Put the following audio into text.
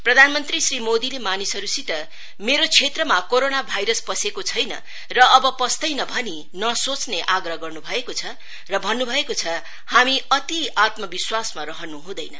प्रधान मंत्री श्री मोदीले मानिसहरुसित मेरो क्षेत्र कोरोना भायरस पसेको छैन र अब पस्दैन भनी नसोच्ने आग्रह गर्नु भएको छ र भन्नु भएको छ हामी अति आत्मविश्वासमा रहनु हुँदैन